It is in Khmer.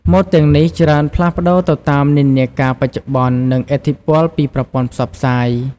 ម៉ូដទាំងនេះច្រើនផ្លាស់ប្តូរទៅតាមនិន្នាការបច្ចុប្បន្ន និងឥទ្ធិពលពីប្រព័ន្ធផ្សព្វផ្សាយ។